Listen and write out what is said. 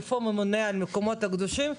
איפה הממונה על המקומות הקדושים?